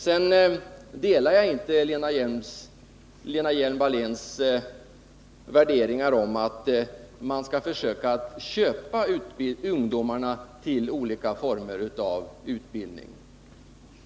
Jag delar inte Lena Hjelm-Walléns värderingar — att man skall försöka köpa ungdomarna till olika former av utbildning.